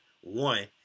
one